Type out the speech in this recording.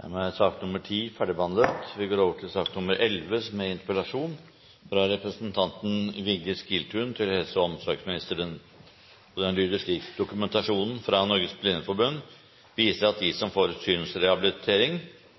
Dermed er sak nr. 10 ferdigbehandlet. Rehabilitering sikrer livskvalitet og muligheter for et aktivt og likestilt liv for den som